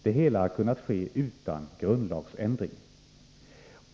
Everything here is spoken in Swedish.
Det hela har kunnat ske utan grundlagsändring.